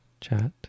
chat